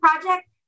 project